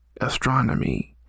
astronomy